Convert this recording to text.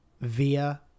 via